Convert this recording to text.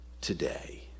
today